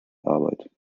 arbeit